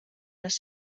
les